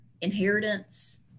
Inheritance